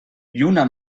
lluna